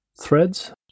threads